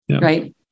right